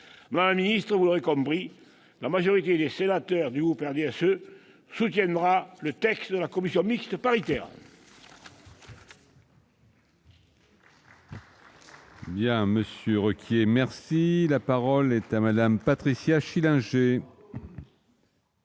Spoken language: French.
Madame la ministre, vous l'aurez compris, la majorité des sénateurs du groupe du RDSE soutiendra le texte de la commission mixte paritaire.